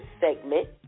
segment